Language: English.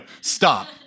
stop